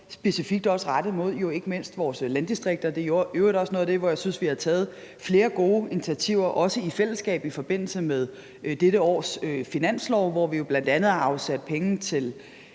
specifikt rettet mod ikke mindst vores landdistrikter. Det er i øvrigt også noget af det, jeg synes vi har taget flere gode initiativer til, også i fællesskab i forbindelse med dette års finanslov, hvor vi jo bl.a. har afsat penge til